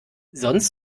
sonst